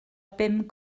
bum